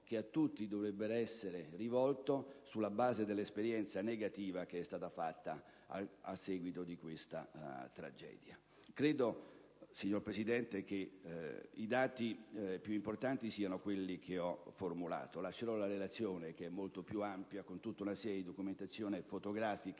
che a tutti dovrebbe essere rivolto sulla base dell'esperienza negativa vissuta a seguito di questa tragedia. Credo, signor Presidente, che i dati più importanti siano quelli che ho esposto. In ogni caso, è a disposizione la relazione, che è molto più ampia e contiene una serie di documentazioni fotografiche